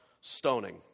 stoning